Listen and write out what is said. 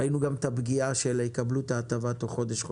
ראינו גם את הפגיעה של יקבלו את ההטבה תוך חודש-חודשיים,